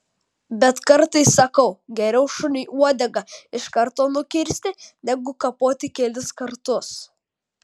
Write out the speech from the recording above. bet kartais sakau geriau šuniui uodegą iš karto nukirsti negu kapoti kelis kartus